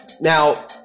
Now